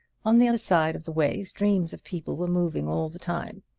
on the other side of the way streams of people were moving all the time.